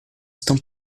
estão